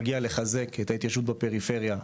מגיע לחזק את ההתיישבות בפריפריה.